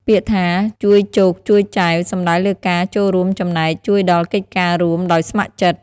ពាក្យថា «ជួយចូកជួយចែវ» សំដៅលើការចូលរួមចំណែកជួយដល់កិច្ចការរួមដោយស្ម័គ្រចិត្ត។